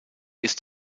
ist